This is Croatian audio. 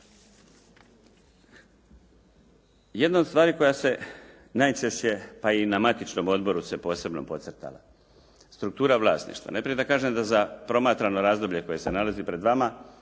Jedna od stvari koja se najčešće pa i na matičnom odboru se posebno podcrtala, struktura vlasništva. Najprije da kažem da za promatrano razdoblje koje se nalazi pred vama